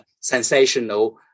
sensational